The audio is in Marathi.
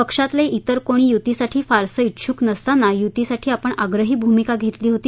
पक्षातले जिर कोणी युतीसाठी फारसं उंडुक नसताना युतीसाठी आपण आग्रही भूमिका घेतली होती